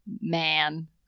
man